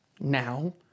now